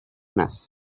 mass